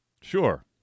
Sure